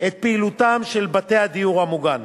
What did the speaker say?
את פעילותם של בתי הדיור המוגן,